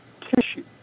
tissue